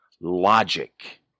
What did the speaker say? logic